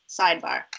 Sidebar